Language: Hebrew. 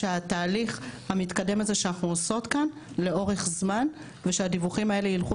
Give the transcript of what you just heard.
התהליך המתקדם שאנחנו עושות כאן לאורך זמן ושהדיווחים האלה רק ילכו